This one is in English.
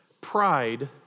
Pride